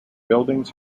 buildings